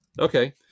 Okay